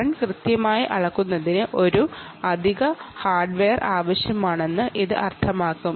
current കൃത്യമായി അളക്കുന്നതിന് ഒരു അധിക ഹാർഡ്വെയർ ആവശ്യമാണെന്ന് ഇത് അർത്ഥമാക്കുന്നു